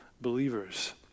believers